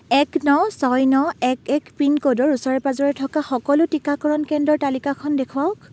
এক ন ছয় ন এক এক পিনক'ডৰ ওচৰে পাঁজৰে থকা সকলো টিকাকৰণ কেন্দ্ৰৰ তালিকাখন দেখুৱাওক